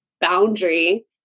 boundary